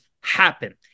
happen